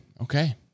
okay